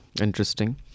interesting